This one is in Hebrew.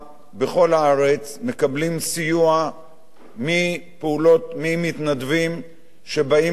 הארץ מקבלים סיוע ממתנדבים שבאים לסייע,